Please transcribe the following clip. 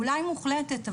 אולי מוחלטת,